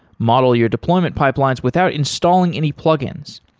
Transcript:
model your deployment pipelines without installing any plugins.